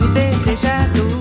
desejado